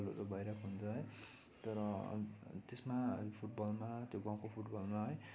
फुटबलहरू भइरहेको हुन्छ है तर त्यसमा फुटबलमा त्यो गाउँको फुटबलमा है